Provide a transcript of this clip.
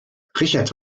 richard